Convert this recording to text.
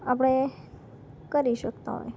આપણે કરી શકતા હોય